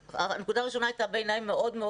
הנקודה הראשונה הייתה בעיניי מאוד מאוד